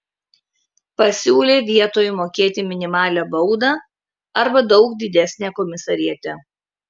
pasiūlė vietoj mokėti minimalią baudą arba daug didesnę komisariate